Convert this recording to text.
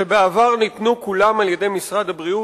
שבעבר ניתנו כולם על-ידי משרד הבריאות,